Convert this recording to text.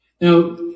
Now